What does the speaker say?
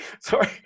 Sorry